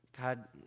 God